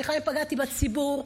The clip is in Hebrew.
סליחה אם פגעתי בציבור,